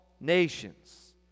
nations